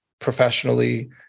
professionally